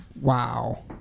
Wow